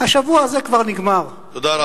השבוע הזה כבר נגמר, תודה רבה.